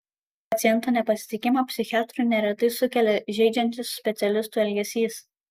paciento nepasitikėjimą psichiatru neretai sukelia žeidžiantis specialistų elgesys